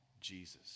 Jesus